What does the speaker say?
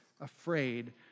afraid